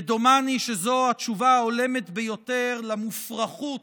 ודומני שזו התשובה ההולמת ביותר למופרכות